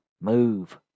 move